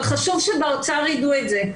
אבל חשוב שבאוצר יידעו את זה.